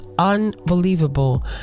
unbelievable